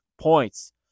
points